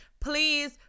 please